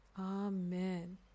Amen